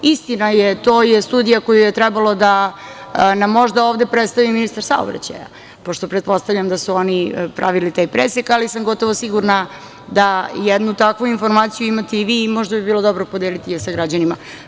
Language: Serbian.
Istina je, to je studija koju je trebalo da nam možda ovde predstavi ministar saobraćaja, pošto pretpostavljam da su oni pravili taj presek, ali sam gotovo sigurna da jednu takvu informaciju imate i vi i možda bi bilo dobro podeliti je sa građanima.